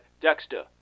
Dexter